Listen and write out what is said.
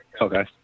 Okay